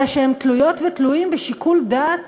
אלא שהם תלויות ותלויים בשיקול דעת